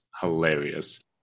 hilarious